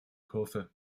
kurve